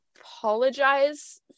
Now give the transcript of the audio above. apologize